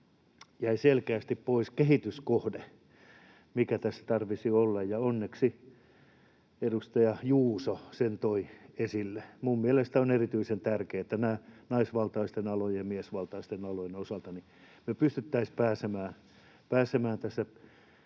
jäi selkeästi pois kehityskohde, mikä tässä tarvitsisi olla, ja onneksi edustaja Juuso sen toi esille: Mielestäni on erityisen tärkeätä, että naisvaltaisten alojen ja miesvaltaisten alojen osalta me pystyisimme pääsemään tässä